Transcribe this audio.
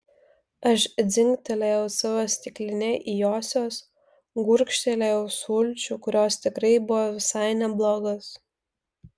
aš dzingtelėjau savo stikline į josios gurkštelėjau sulčių kurios tikrai buvo visai neblogos